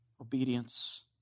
obedience